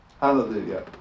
Hallelujah